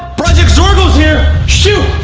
project zorgo's here? shoot!